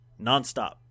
Nonstop